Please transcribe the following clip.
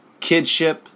Kidship